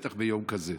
ובטח ביום כזה.